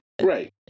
Right